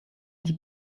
die